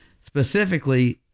Specifically